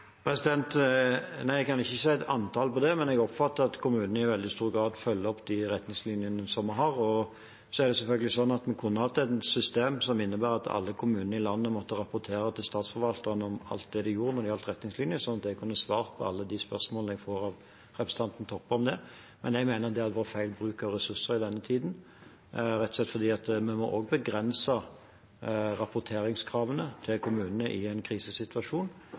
Nei, jeg kan ikke si et antall på det, men jeg oppfatter at kommunene i veldig stor grad følger opp de retningslinjene vi har. Det er selvfølgelig sånn at vi kunne hatt et system som innebærer at alle kommunene i landet måtte rapportere til Statsforvalteren om alt de gjør når det gjelder retningslinjer, sånn at jeg kunne svart på alle de spørsmålene jeg får av representanten Toppe om det, men jeg mener det hadde vært feil bruk av ressurser i denne tiden, rett og slett fordi vi også må begrense rapporteringskravene til kommunene i en krisesituasjon.